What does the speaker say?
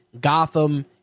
Gotham